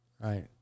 Right